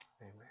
Amen